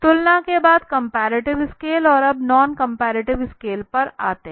तुलना के बाद कम्पेरेटिव स्केल और अब नॉन कम्पेरेटिव स्केल पर आते हैं